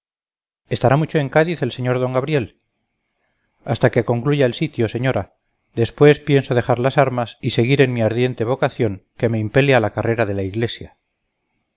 estará mucho en cádiz el sr d gabriel hasta que concluya el sitio señora después pienso dejar las armas y seguir en mi ardiente vocación que me impele a la carrera de la iglesia